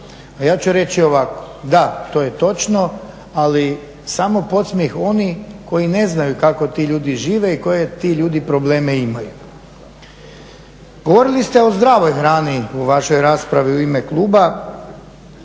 ja ću reći ovako, da to je točno ali samo podsmjeh onih koji ne znaju kako ti ljudi žive i koje ti ljudi probleme imaju. Govorili ste o zdravoj hrani u vašoj raspravi u ime kluba